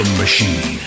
machine